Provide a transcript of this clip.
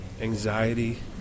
anxiety